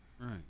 right